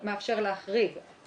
אני אשמח לשתף את הוועדה בנתונים האלה,